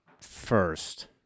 first